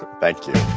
thank you.